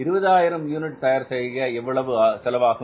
எனவே 20000 யூனிட்டுகள் தயார் செய்ய எவ்வளவு செலவாகும்